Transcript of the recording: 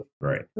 right